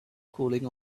cooling